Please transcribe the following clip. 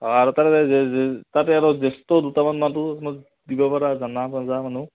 অঁ আৰু তাতে আৰু জ্যেষ্ঠ দুটামান মাতোঁ মই দিব পৰা জনা বুজা মানুহ